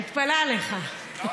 אני מתפלאת עליך.